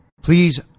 Please